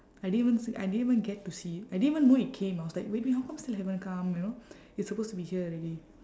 I didn't even s~ I didn't even get to see it I didn't even know it came I was like waiting how come still haven't come you know it's supposed to be here already